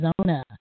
Arizona